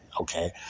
Okay